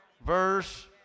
verse